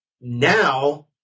Now